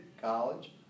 college